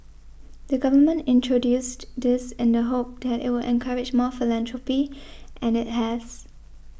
the Government introduced this in the hope that it would encourage more philanthropy and it has